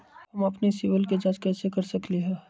हम अपन सिबिल के जाँच कइसे कर सकली ह?